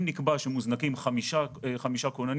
אם נקבע שמוזנקים חמישה כוננים,